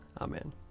Amen